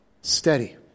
Steady